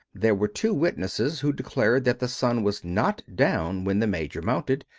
there were two witnesses who declared that the sun was not down when the major mounted,